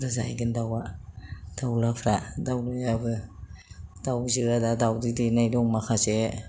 बुरजा जाहैगोन दाउआ दावलाफ्रा दाउजोआबो दाउजोआ दा दावदै दैनाय दं माखासे